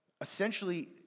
Essentially